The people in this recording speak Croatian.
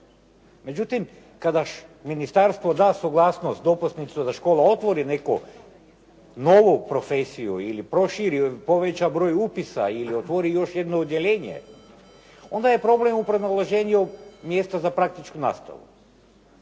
Međutim, kada ministarstvo da suglasnost dopisnicu da škola otvori neku novu profesiju ili proširi ili poveća broj upisa ili otvori još jedno odjeljenje, onda je problem u pronalaženju mjesta za praktičnu nastavu.